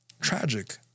tragic